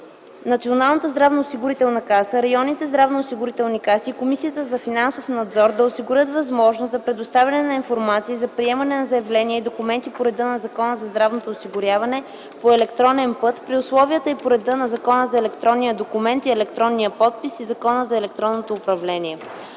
въвеждане на задължението НЗОК, районните здравноосигурителни каси и Комисията за финансов надзор да осигурят възможност за предоставяне на информация и за приемане на заявления и документи по реда на Закона за здравното осигуряване по електронен път при условията и по реда на Закона за електронния документ и електронния подпис и Закона за електронното управление.